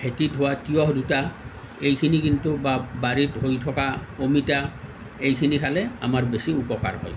ভেটিত হোৱা তিয়ঁহ দুটা এইখিনি কিন্তু বা বাৰীত হৈ থকা অমিতা এইখিনি খালে আমাৰ বেছি উপকাৰ হয়